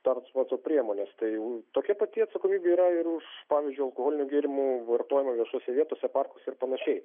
transporto priemonės tai tokia pati atsakomybė yra ir už pavyzdžiui alkoholinių gėrimų vartojimą viešose vietose parkuose ir panašiai